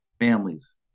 families